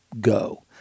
Go